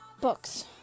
books